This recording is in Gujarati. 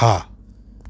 હા